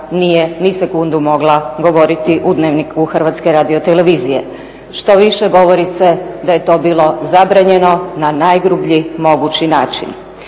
nije ni sekundu nije mogla govoriti u Dnevniku Hrvatske radiotelevizije. Štoviše govori se da je to bilo zabranjeno na najgrublji mogući način.